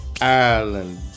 Ireland